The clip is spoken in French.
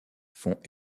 font